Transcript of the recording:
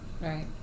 Right